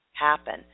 happen